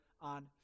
on